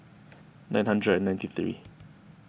nine hundred and ninety three